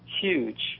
huge